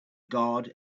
guard